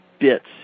bits